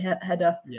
header